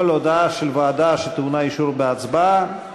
כל הודעה של ועדה שטעונה אישור בהצבעה